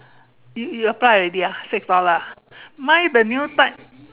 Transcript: you you apply already ah six dollar lah mine the new type